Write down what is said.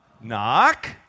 Knock